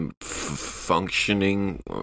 functioning